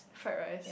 fried rice